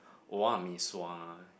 mee-sua ah